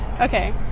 Okay